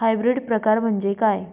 Hybrid प्रकार म्हणजे काय?